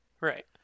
Right